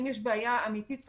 אם יש בעיה אמיתית פרטנית,